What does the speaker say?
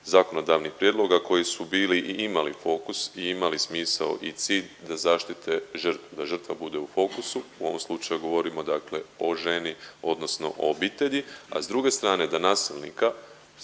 zakonodavnih prijedloga koji su bili i imali fokus i imali smisao i cilj da zaštite žrtvu, da žrtva bude u fokusu. U ovom slučaju govorimo dakle o ženi odnosno o obitelji, a s druge strane da nasilnika